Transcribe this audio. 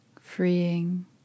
freeing